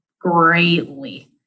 greatly